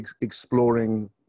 exploring